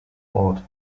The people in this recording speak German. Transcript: ort